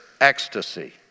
ecstasy